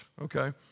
Okay